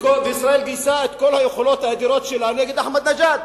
וישראל גייסה את כל היכולות האדירות שלה נגד אחמדינג'אד,